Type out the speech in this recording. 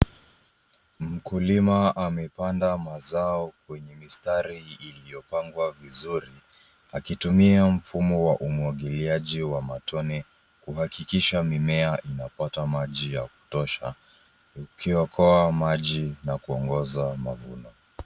Mkulima amepanda mazao kwenye mistari iliyopangwa vizuri akitumia mfumo wa umwagiliaji wa matone kuhakikisha mimea inapata maji ya kutosha ukiokoa maji na kuongeza mavuno.